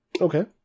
Okay